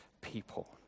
people